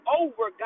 over